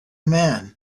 man